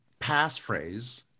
passphrase